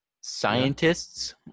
scientists